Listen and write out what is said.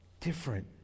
different